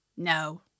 No